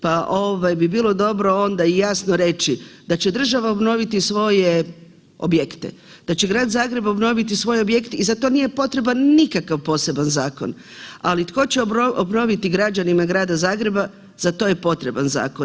Pa ovaj, bi bilo dobro onda i jasno reći da će država obnoviti svoje objekte, da će Grad Zagreb obnoviti svoje objekte i za to nije potreban poseban zakon, ali tko će obnoviti građanima Grada Zagreba za to je potreban zakon.